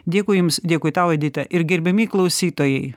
dėkui jums dėkui tau edita ir gerbiami klausytojai